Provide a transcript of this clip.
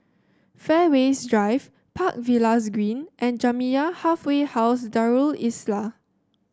Fairways Drive Park Villas Green and Jamiyah Halfway House Darul Islah